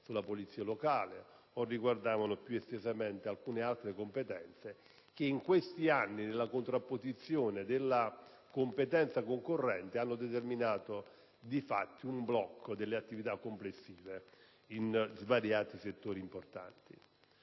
sulla polizia locale e, più estesamente, alcune competenze che in questi anni, nella contrapposizione con la competenza concorrente hanno determinato di fatto un blocco delle attività complessive in svariati ed importanti